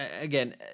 again